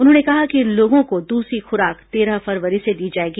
उन्होंने कहा कि इन लोगों को दूसरी खुराक तेरह फरवरी से दी जाएगी